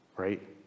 Right